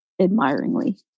admiringly